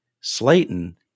Slayton